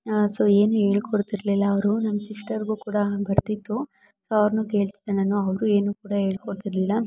so ಏನು ಹೇಳ್ಕೊಡ್ತಿರ್ಲಿಲ್ಲ ಅವರು ನಮ್ಮ ಸಿಸ್ಟರ್ಗು ಕೂಡ ಬರ್ತಿತ್ತು ಸೊ ಅವ್ರನ್ನೂ ಕೇಳ್ತಿದ್ದೆ ನಾನು ಅವರು ಏನು ಕೂಡ ಹೇಳ್ಕೊಡ್ತಿರ್ಲಿಲ್ಲ